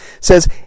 says